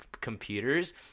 computers